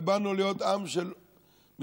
ובאנו להיות עם של מתפרנסים,